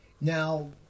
now